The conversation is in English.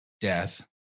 death